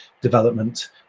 development